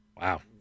Wow